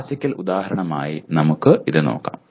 classical ഉദാഹരണമായി നമുക്ക് ഇത് നോക്കാം